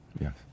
Yes